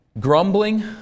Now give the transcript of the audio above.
Grumbling